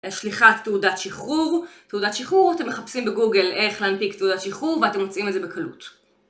שליחת תעודת שחרור, תעודת שחרור אתם מחפשים בגוגל איך להנפיק תעודת שחרור ואתם מוצאים את זה בקלות